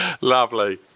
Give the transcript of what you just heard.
Lovely